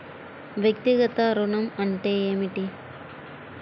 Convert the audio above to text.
వ్యక్తిగత ఋణం అంటే ఏమిటి?